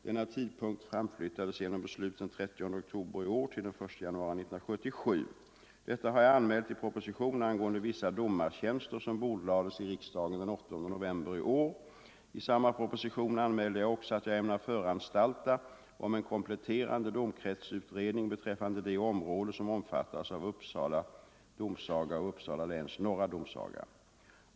Denna tidpunkt framflyttades genom beslut den 30 oktober i år till den 1 januari 1977. Detta har jag anmält i proposition angående vissa domartjänster som bordlades i riksdagen den 8 november i år. I samma proposition anmälde jag också att jag ämnar föranstalta om en kompletterande domkretsutredning beträffande det område som omfattas av Uppsala domsaga och Uppsala läns norra domsaga.